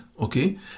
okay